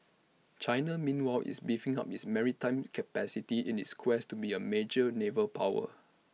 China meanwhile is beefing up its maritime capacity in its quest to be A major naval power